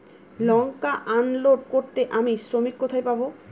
লঙ্কা unload করতে আমি শ্রমিক কোথায় পাবো?